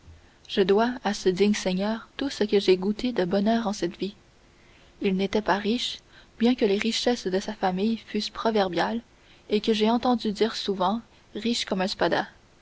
je dois à ce digne seigneur tout ce que j'ai goûté de bonheur en cette vie il n'était pas riche bien que les richesses de sa famille fussent proverbiales et que j'aie entendu dire souvent riche comme un